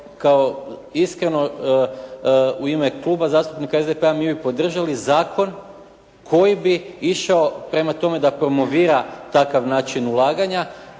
Kao iskreno u ime Kluba zastupnika SDP-a mi bi podržali zakon koji bi išao prema tome da promovira takav način ulaganja